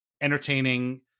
entertaining